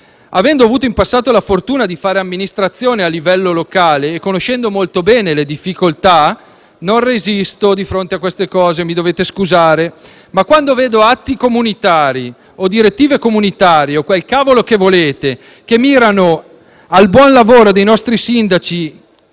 Avendo avuto in passato la fortuna di fare amministrazione a livello locale e conoscendone molto bene le difficoltà, non resisto di fronte a queste cose. Mi dovete scusare, ma quando vedo atti comunitari o direttive comunitarie, o quel cavolo che volete, che mirano a minare il buon lavoro che i nostri sindaci